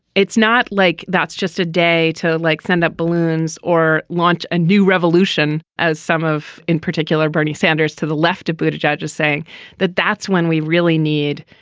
it's not like that's just a day to like send up balloons or launch a new revolution as some of. in particular bernie sanders to the left a british judge is saying that that's when we really need.